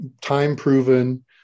time-proven